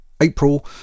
april